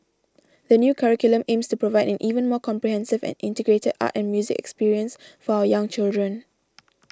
the new curriculum aims to provide an even more comprehensive and integrated art and music experience for our young children